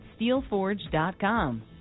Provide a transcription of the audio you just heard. steelforge.com